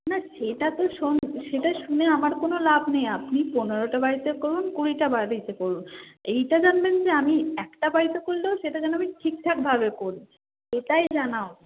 না সেটা তো শোনো সেটা শুনে আমার কোনো লাভ নেই আপনি পনেরোটা বাড়িতে করুন কুড়িটা বাড়িতে করুন এইটা জানবেন যে আমি একটা বাড়িতে করলেও সেটা যেন আমি ঠিকঠাকভাবে করি এটাই জানা উচিত